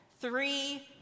three